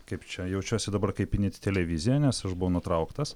kaip čia jaučiuosi dabar kaip init televizija nes aš buvau nutrauktas